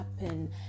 happen